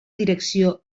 direcció